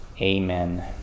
Amen